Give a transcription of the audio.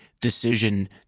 decision